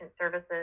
services